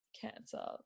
cancer